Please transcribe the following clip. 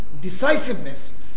decisiveness